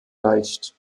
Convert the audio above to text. leicht